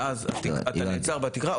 ואז אתה נעצר בתקרה,